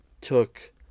took